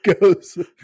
goes